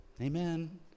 Amen